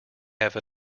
have